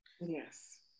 Yes